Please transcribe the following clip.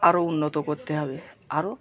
আরো উন্নত করতে হবে আরো